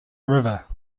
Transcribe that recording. river